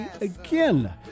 again